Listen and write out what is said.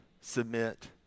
submit